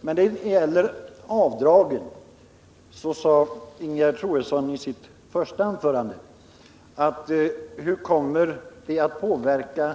När det gäller avdragen sade Ingegerd Troedsson i sitt första anförande att ett eventuellt räntetak skulle komma att påverka